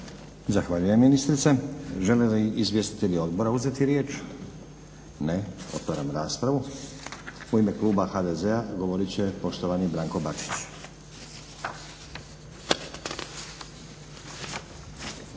Zahvaljujem ministrice. Žele li izvjestitelji odbora uzeti riječ? Ne. Otvaram raspravu. U ime Kluba HDZ-a govoriti će poštovani Branko Bačić.